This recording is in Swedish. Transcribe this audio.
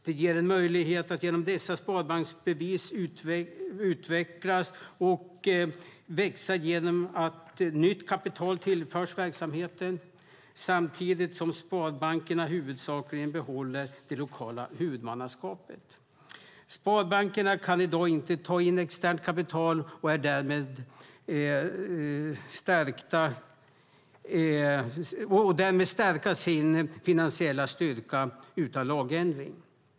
Dessa "sparbanksbevis" ger en möjlighet att utvecklas och växa genom att nytt kapital tillförs verksamheten samtidigt som sparbanken huvudsakligen behåller det lokala huvudmannaskapet. Sparbankerna kan i dag inte ta in externt kapital och därmed stärka sin finansiella styrka utan lagändring.